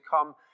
come